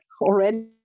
already